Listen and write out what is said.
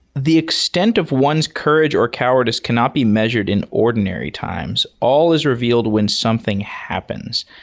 the extent of one's courage or cowardice cannot be measured in ordinary times. all is revealed when something happens.